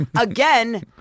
again